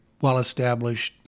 well-established